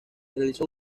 realizó